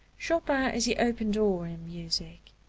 chopin is the open door in music.